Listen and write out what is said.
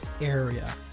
area